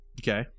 Okay